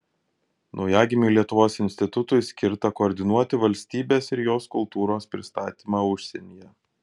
naujagimiui lietuvos institutui skirta koordinuoti valstybės ir jos kultūros pristatymą užsienyje